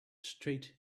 straight